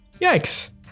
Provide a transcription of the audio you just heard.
Yikes